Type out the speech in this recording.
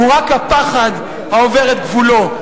הוא רק הפחד העובר את גבולו.